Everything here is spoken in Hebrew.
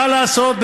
מה לעשות,